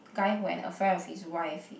guy who had an affair with his wife